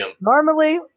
Normally